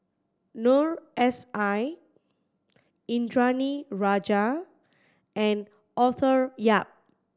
Noor S I Indranee Rajah and Arthur Yap